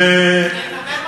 לקבל מחמאות.